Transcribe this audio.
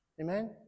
Amen